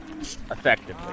effectively